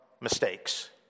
mistakes